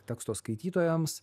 teksto skaitytojams